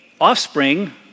offspring